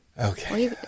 Okay